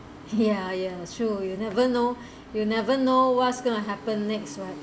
ya ya true you never know you never know what's going to happen next one right